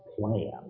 plan